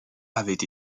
avait